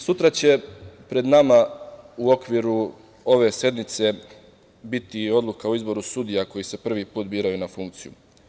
Sutra će pred nama u okviru ove sednice biti i odluka o izboru sudija koji se prvi put biraju na funkciju.